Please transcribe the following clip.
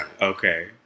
Okay